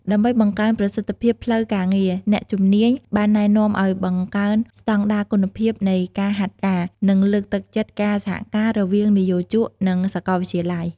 ដើម្បីបង្កើនប្រសិទ្ធភាពផ្លូវការងារ អ្នកជំនាញបានណែនាំឲ្យបង្កើនស្តង់ដារគុណភាពនៃការហាត់ការ និងលើកទឹកចិត្តការសហការរវាងនិយោជកនិងសាកលវិទ្យាល័យ។